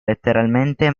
letteralmente